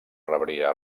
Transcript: rebria